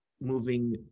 moving